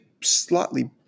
slightly